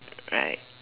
right